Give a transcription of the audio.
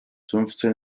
fünfzehn